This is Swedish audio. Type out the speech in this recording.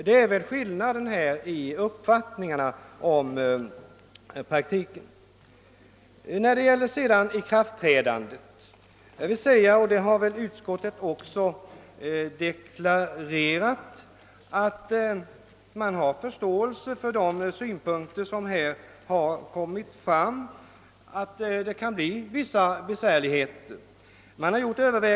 ———.» Det är väl just här som skillnaden i uppfattning i praktiken ligger. - När det sedan gäller själva ikraftträdandet har man, vilket utskottet också deklarerar, förståelse för de synpunkter som kommit fram. Vissa besvärligheter kan komma att uppstå.